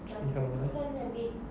see how lah